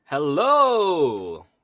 Hello